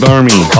Army